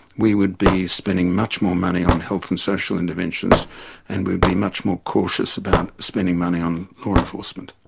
we would be spending much more money on health and social interventions and we'd be much more cautious about spending money on law enforcement.